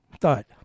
thought